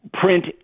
print